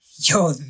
yo